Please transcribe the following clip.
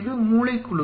இது மூளை குழு